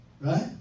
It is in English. Right